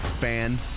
Fan